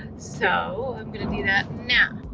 so i'm gonna do that now.